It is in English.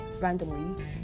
randomly